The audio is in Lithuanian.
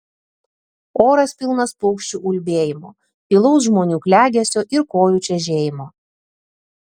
oras pilnas paukščių ulbėjimo tylaus žmonių klegesio ir kojų čežėjimo